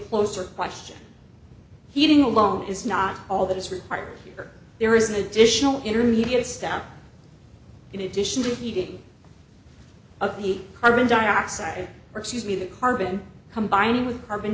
closer question heating alone is not all that is required for there is an additional intermediate step in addition to heating of the carbon dioxide or excuse me the carbon combining with carbon